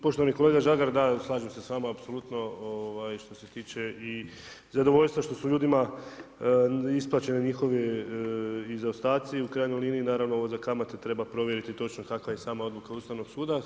Poštovani kolega Žagar, da slažem se sa vama apsolutno što se tiče i zadovoljstva što su ljudima isplaćeni njihovi i zaostatci i u krajnjoj liniji naravno ovo za kamate treba provjeriti točno kakva je sama odluka Ustavnog suda.